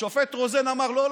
השופט רוזן אמר: לא,